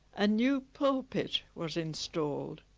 a new pulpit was installed